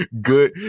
good –